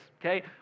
Okay